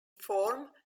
form